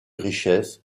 richesse